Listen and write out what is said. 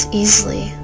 easily